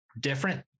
different